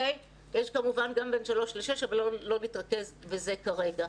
יש כמובן גם בין שלוש לשש, אבל לא נתרכז בזה כרגע.